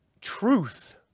truth